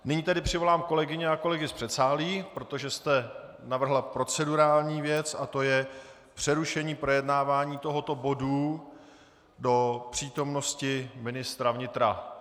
Nyní tedy přivolám kolegyně a kolegy z předsálí, protože jste navrhla procedurální věc, a to je přerušení projednávání tohoto bodu do přítomnosti ministra vnitra.